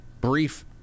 brief